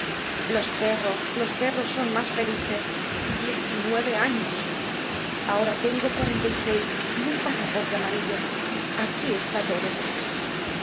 los perros los perros son mas felices diez y nueve años ahora tengo cuarenta y seis y un pasaporte amarillo aquí está todo